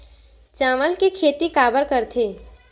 चावल के खेती काबर करथे?